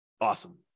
Awesome